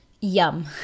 yum